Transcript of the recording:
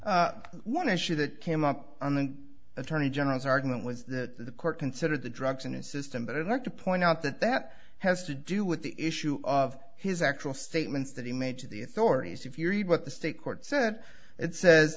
time one issue that came up on the attorney general's argument was that the court considered the drugs in his system but i'd like to point out that that has to do with the issue of his actual statements that he made to the authorities if you read what the state court said it sa